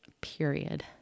period